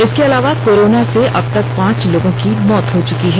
इसके अलावा कोरोना से अब तक पांच लोगों की मौत हो चुकी है